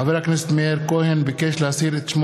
חבר הכנסת מאיר כהן ביקש להסיר את שמו